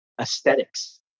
aesthetics